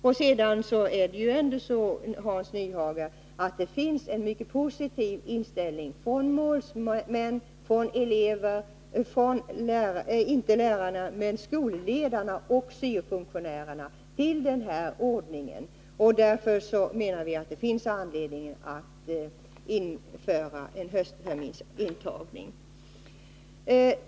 Dessutom finns det ändå, Hans Nyhage, en mycket positiv inställning hos målsmän, elever, skolledare och syo-funktionärer — däremot inte hos lärarna —till den här ordningen, och därför menar vi att det finns anledning att införa en höstterminsintagning.